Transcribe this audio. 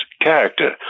character